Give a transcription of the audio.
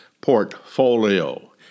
portfolio